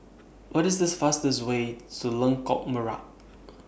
What IS The fastest Way to Lengkok Merak